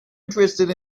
interested